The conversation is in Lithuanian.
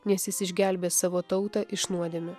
nes jis išgelbės savo tautą iš nuodėmių